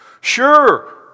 sure